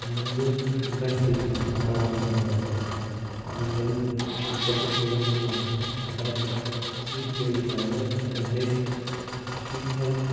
அங்கங்கு கண்காணிப்பு கேமராக்கள் அமைக்கப்பட வேண்டும் ஆகையால் இவ்வாறு செய்வதன் மூலமாக நகரங்களில் சீர்கேடு இல்லாமல் நகரங்களில் முக்கியமான